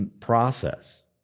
process